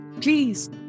please